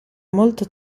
molto